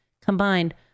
Combined